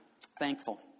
thankful